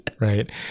right